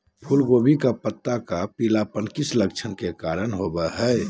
फूलगोभी का पत्ता का पीलापन किस लक्षण के कारण होता है?